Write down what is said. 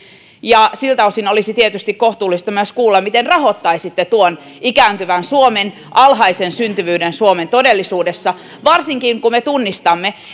ja siltä osin olisi tietysti kohtuullista myös kuulla miten rahoittaisitte sen ikääntyvän suomen alhaisen syntyvyyden suomen todellisuudessa varsinkin kun me tunnistamme